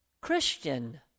Christian